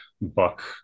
buck